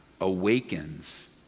awakens